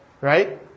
right